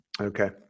Okay